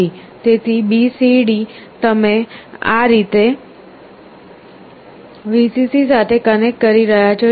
તેથી B C D તમે આ રીતે Vcc સાથે કનેક્ટ કરી રહ્યાં છો